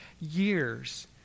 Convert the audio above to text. years